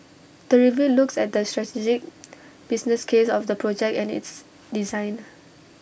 the review looks at the strategic business case of the project and its design